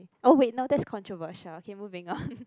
oh wait no that's controversial K moving on